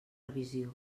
revisió